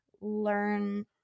learn